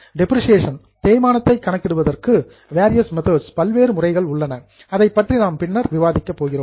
depreciation தேய்மானத்தை கணக்கிடுவதற்கு various methods பல்வேறு முறைகள் உள்ளன அதைப்பற்றி நாம் பின்னர் விவாதிக்கப் போகிறோம்